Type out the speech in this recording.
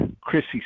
Chrissy